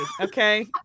okay